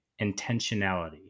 intentionality